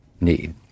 need